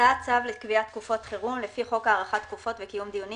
הצעת צו לקביעת תקופת חירום לפי חוק הארכת תקופות וקיום דיונים